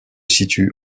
situe